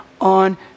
on